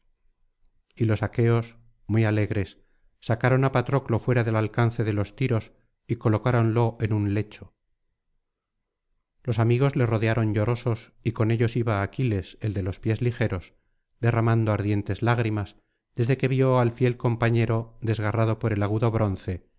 y los aqueos muy alegres sacaron á patroclo fuera del alcance de los tiros y colocáronlo en un lecho los amigos le rodearon llorosos y con ellos iba aquiles el de los pies ligeros derramando ardientes lágrimas desde que vio al fiel compañero desgarrado por el agudo bronce